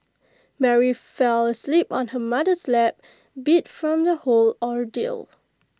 Mary fell asleep on her mother's lap beat from the whole ordeal